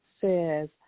says